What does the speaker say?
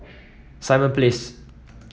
Simon Place